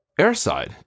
airside